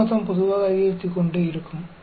ஒட்டுமொத்தம் பொதுவாக அதிகரித்துக்கொண்டே இருக்கும்